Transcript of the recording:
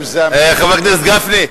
חבר הכנסת גפני.